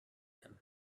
them